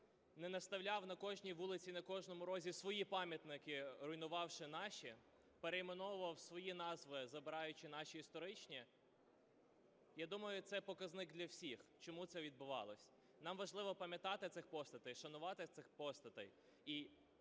не наставляв на кожній вулиці і на кожному розі свої пам'ятники, руйнувавши наші, перейменовував свої назви, забираючи наші історичні, я думаю, це показник для всіх, чому це відбувалося. Нам важливо пам'ятати цих постатей і шанувати цих постатей.